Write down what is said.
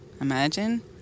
Imagine